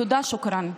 תודה, שוכרן.